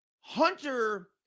Hunter